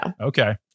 Okay